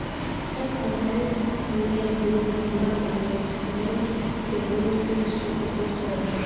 personal finance में लोग बीमा, इन्वेसमटमेंट, सेविंग, फिक्स डिपोजिट करलन